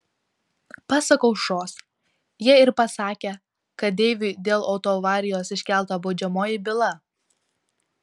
pasak aušros jie ir pasakę kad deiviui dėl autoavarijos iškelta baudžiamoji byla